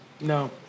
No